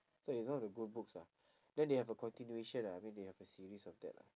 so is one of the good books ah then they have a continuation ah I mean they have a series of that lah